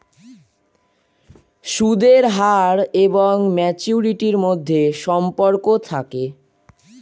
সুদের হার এবং ম্যাচুরিটির মধ্যে সম্পর্ক থাকে